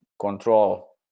control